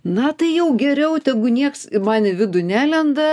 na tai jau geriau tegu nieks man į vidų nelenda